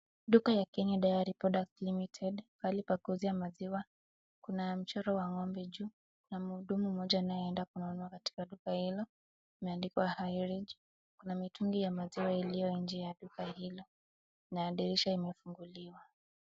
Duka ya Kenya diary products limited pahali pa kuuzia maziwa kuna mchoro wa ng'ombe juu na mhudumu mmoja anayeenda kununua katika duka hilo imeandikwa highridge . Kuna mitungi ya maziwa iliyonje ya duka hilo na dirisha imefunguliwa.